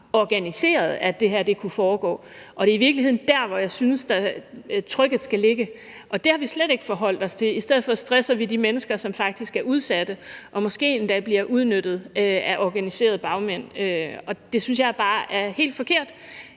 organiseret, at det her har kunnet foregå, og det er i virkeligheden der, hvor jeg synes trykket skal ligge. Det har vi slet ikke forholdt os til. I stedet for stresser vi de mennesker, som faktisk er udsatte og måske endda bliver udnyttet af organiserede bagmænd, og det synes jeg bare er helt forkert.